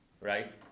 right